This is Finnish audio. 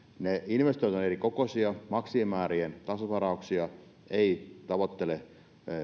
ne investoinnit ovat erikokoisia ja maksimimäärien tasausvarauksia ei tavoittele